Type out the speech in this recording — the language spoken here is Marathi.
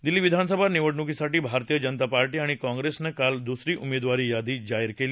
दिल्ली विधानसभा निवडणुकीसाठी भारतीय जनता पार्शी आणि काँप्रेसनं काल दुसरी उमेदवारी यादी जाहीर केली